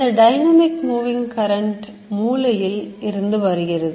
இந்த dynamic moving current மூளையில் இருந்து வருகிறது